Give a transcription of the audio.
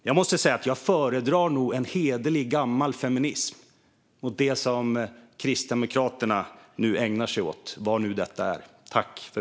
Jag måste säga att jag föredrar nog en hederlig gammal feminism framför det som Kristdemokraterna nu ägnar sig åt, vad det nu är.